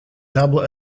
double